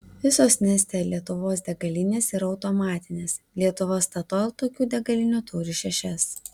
visos neste lietuvos degalinės yra automatinės lietuva statoil tokių degalinių turi šešias